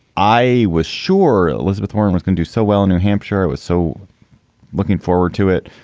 i was sure elizabeth warren was can do so well in new hampshire. i was so looking forward to it.